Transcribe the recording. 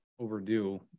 overdue